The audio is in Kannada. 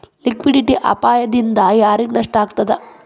ಲಿಕ್ವಿಡಿಟಿ ಅಪಾಯ ದಿಂದಾ ಯಾರಿಗ್ ನಷ್ಟ ಆಗ್ತದ?